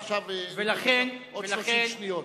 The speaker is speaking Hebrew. עכשיו, הערבים הם הקורבן של הרוב הגזעני.